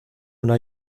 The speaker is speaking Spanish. una